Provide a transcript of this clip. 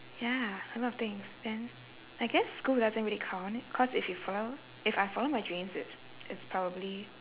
ya a lot of things then I guess school doesn't really count cause if you follow if I followed my dreams it's it's probably